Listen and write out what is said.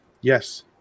Yes